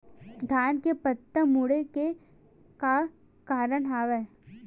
धान के पत्ता मुड़े के का कारण हवय?